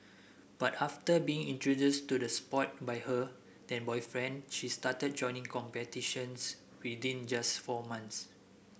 but after being introduced to the sport by her then boyfriend she started joining competitions within just four months